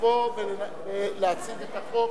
לבוא ולהציג את החוק.